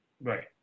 Right